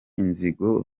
inzigo